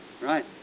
Right